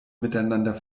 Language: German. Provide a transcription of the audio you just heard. miteinander